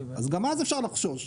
אז גם אז אפשר לחשוש,